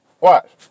Watch